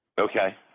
Okay